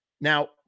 Now